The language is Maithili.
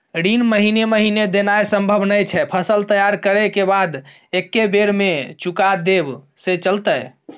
ऋण महीने महीने देनाय सम्भव नय छै, फसल तैयार करै के बाद एक्कै बेर में चुका देब से चलते?